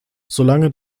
solange